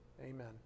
Amen